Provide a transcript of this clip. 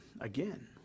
again